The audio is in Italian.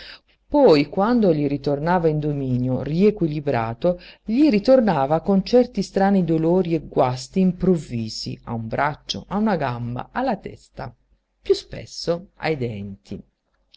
poi gli ritornava in dominio riequilibrato gli ritornava con certi strani dolori e guasti improvvisi a un braccio a una gamba alla testa piú spesso ai denti